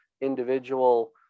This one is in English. individual